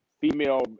female